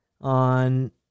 on